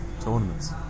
tournaments